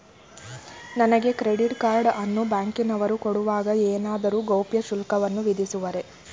ನನಗೆ credit card ಅನ್ನು ಬ್ಯಾಂಕಿನವರು ಕೊಡುವಾಗ ಏನಾದರೂ ಗೌಪ್ಯ ಶುಲ್ಕವನ್ನು ವಿಧಿಸುವರೇ?